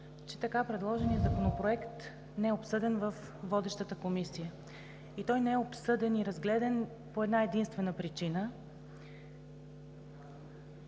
че така предложеният законопроект не е обсъден във водещата Комисия. Той не е обсъден и разгледан по една единствена причина: